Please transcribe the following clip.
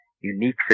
unique